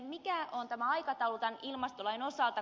mikä on aikataulu tämän ilmastolain osalta